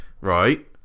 right